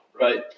right